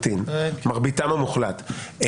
מרביתם המוחלט פרטיים לחלוטין.